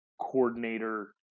coordinator